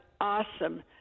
awesome